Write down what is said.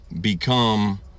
become